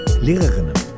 Lehrerinnen